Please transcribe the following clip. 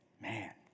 Man